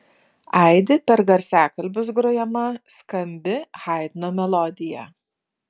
aidi per garsiakalbius grojama skambi haidno melodija